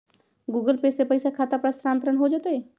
Google Pay से पईसा खाता पर स्थानानंतर हो जतई?